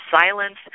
silence